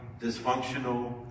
dysfunctional